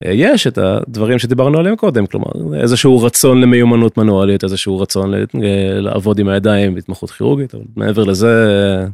א... יש את הדברים שדיברנו עליהם קודם, כלומר איזה שהוא רצון למיומנות מנואלית, איזה שהוא רצון לעבוד עם הידיים והתמחות חירורגית. מעבר לזה,